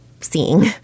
seeing